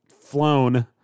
flown